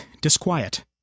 disquiet